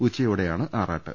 ഉച്ചയോടെയാണ് ആറാ ട്ട്